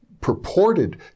purported